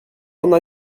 ona